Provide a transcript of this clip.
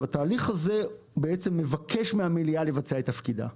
התהליך הזה בעצם מבקש מהמליאה לבצע את תפקידה.